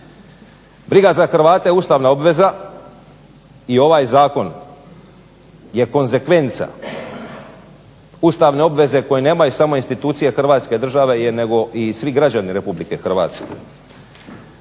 Briga za Hrvate je ustavna obveza i ovaj zakon je konzekvenca ustavne obveze koju nemaju samo institucije Hrvatske države nego i svi građani RH.